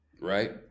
right